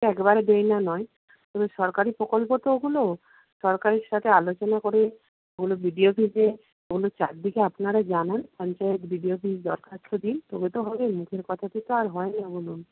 একবারে দেয় না নয় তবে সরকারি প্রকল্প তো ওগুলো সরকারের সাথে আলোচনা করে ওগুলো বিডিও থেকে ওগুলো চারদিকে আপনারা জানান পঞ্চায়েত বিডিও অফিসে দরখাস্ত দিন তবে তো হবে মুখের কথাতে তো আর হয় না বলুন